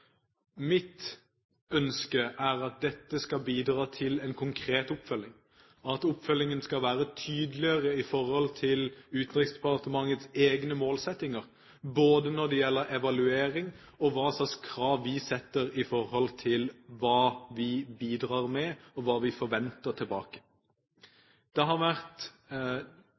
en konkret oppfølging, og at oppfølgingen skal være tydeligere i forhold til Utenriksdepartementets egne målsettinger både når det gjelder evaluering, og hva slags krav vi setter i forhold til hva vi bidrar med, og hva vi forventer tilbake. Det har vært